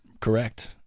Correct